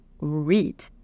read